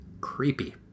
Creepy